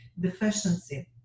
deficiency